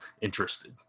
interested